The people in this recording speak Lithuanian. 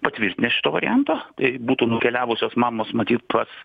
patvirtinęs šito varianto tai būtų nukeliavusios mamos matyt pas